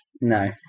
no